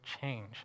change